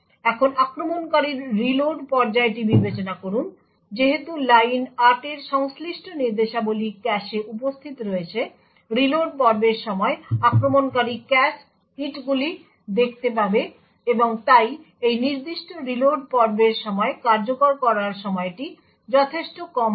এখন আক্রমণকারীর রিলোড পর্যায়টি বিবেচনা করুন যেহেতু লাইন 8 এর সংশ্লিষ্ট নির্দেশাবলী ক্যাশে উপস্থিত রয়েছে রিলোড পর্বের সময় আক্রমণকারী ক্যাশ হিটগুলি দেখতে পাবে এবং তাই এই নির্দিষ্ট রিলোড পর্বের সময় কার্যকর করার সময়টি যথেষ্ট কম হবে